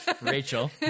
rachel